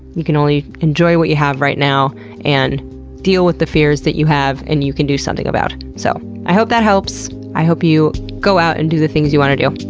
you can only enjoy what you have right now and deal with the fears that you have and you can do something about. so, i hope that helps. i hope you go out and do the things you wanna do.